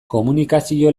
komunikazio